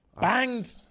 Banged